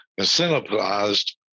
incentivized